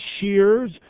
shears